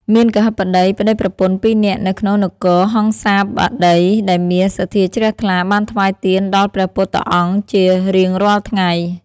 មានគហបតីប្ដីប្រពន្ធពីរនាក់នៅក្នុងនគរហង្សាបតី ដែលមានសទ្ធាជ្រះថ្លាបានថ្វាយទានដល់ព្រះពុទ្ធអង្គជារៀងរាល់ថ្ងៃ។